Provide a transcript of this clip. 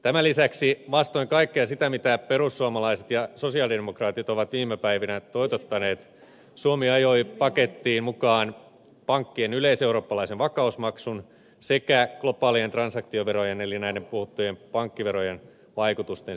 tämän lisäksi vastoin kaikkea sitä mitä perussuomalaiset ja sosialidemokraatit ovat viime päivinä toitottaneet suomi ajoi pakettiin mukaan pankkien yleiseurooppalaisen vakausmaksun sekä globaalien transaktioverojen eli näiden puhuttujen pankkiverojen vaikutusten selvittämisen